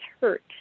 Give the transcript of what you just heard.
hurt